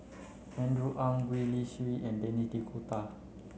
Andrew Ang Gwee Li Sui and Denis D'Cotta